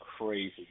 crazy